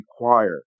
require